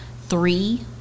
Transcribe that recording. three